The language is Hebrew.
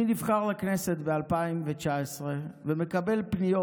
אני נבחר לכנסת ב-2019 ומקבל פניות